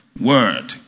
word